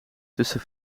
tussen